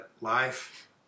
life